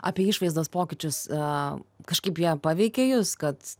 apie išvaizdos pokyčius a kažkaip jie paveikė jus kad